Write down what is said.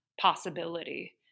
possibility